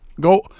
Go